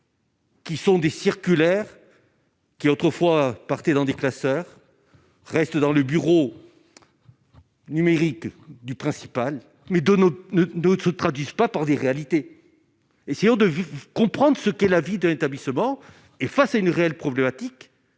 Qui sont des circulaires qui, autrefois, dans des classeurs restent dans le bureau numérique du principal, mais d'un autre, d'autres se traduise pas par des réalités et si on devait comprendre ce qu'est la vie de l'établissement et face à une réelle problématique